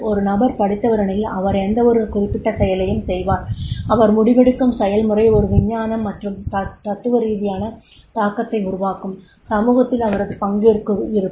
ஒரு நபர் படித்தவரெனில் அவர் எந்தவொரு குறிப்பிட்ட செயலையும் செய்வார் அவர் முடிவெடுக்கும் செயல்முறை ஒரு விஞ்ஞான மற்றும் தத்துவ ரீதியான தாக்கத்தை உருவாக்கும் சமூகத்தில் அவரது பங்கேற்பு இருக்கும்